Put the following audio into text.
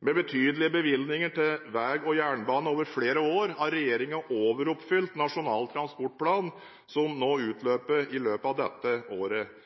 Med betydelige bevilgninger til vei og jernbane over flere år har regjeringen overoppfylt Nasjonal transportplan, som nå utløper i løpet av dette året.